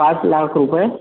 पाच लाख रुपये